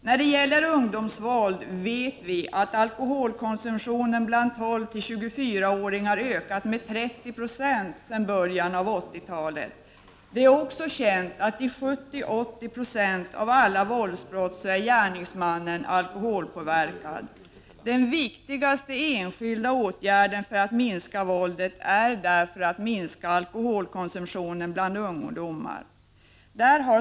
När det gäller ungdomsvåld vet vi att alkoholkonsumtionen bland 12-24 åringarna har ökat med 30 26 sedan början av 1980-talet. Det är också känt att gärningsmannen i 70-80 96 av alla våldsbrott är alkoholpåverkad. Den viktigaste enskilda åtgärden för att minska våldet är därför att minska alkoholkonsumtionen bland ungdomar.